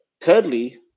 thirdly